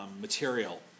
material